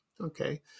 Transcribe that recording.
Okay